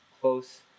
close